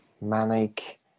manic